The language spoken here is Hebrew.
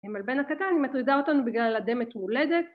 אם על בן הקטן מטרידה אותנו בגלל אדמת מולדת